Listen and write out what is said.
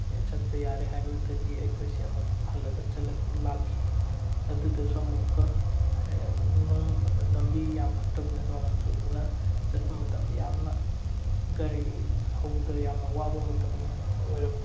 ꯆꯠꯄ ꯌꯥꯔꯦ ꯍꯥꯏꯕꯗꯒꯤ ꯑꯩꯈꯣꯏꯁꯦ ꯑꯃꯨꯛ ꯍꯜꯂꯒ ꯂꯥꯛꯈꯤ ꯑꯗꯨꯗꯁꯨ ꯑꯃꯨꯛꯀ ꯂꯝꯕꯤ ꯌꯥꯝ ꯐꯠꯇꯕꯅ ꯅꯣꯡ ꯌꯥꯝꯅ ꯆꯨꯕꯅ ꯆꯠꯄ ꯃꯇꯝꯗ ꯌꯥꯝꯅ ꯒꯥꯔꯤ ꯊꯧꯕꯗ ꯌꯥꯝꯅ ꯋꯥꯕ ꯃꯇꯝ ꯑꯣꯏꯔꯝꯃꯤ